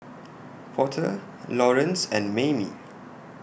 Porter Laurence and Maymie